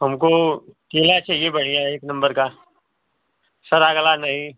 हमको केला चाहिए बढ़िया एक नम्बर का सड़ा गला नहीं